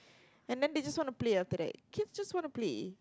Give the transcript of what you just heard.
and then they just want to play after that kids just want to play